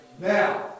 Now